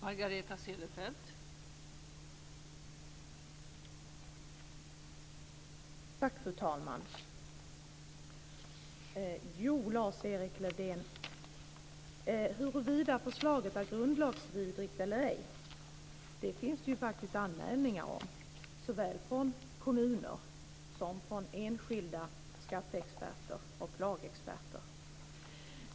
Fru talman! Huruvida förslaget, Lars-Erik Lövdén, är grundlagsvidrigt eller ej finns det anmälningar om från såväl Kommunförbundet som enskilda skatteexperter och lagexperter.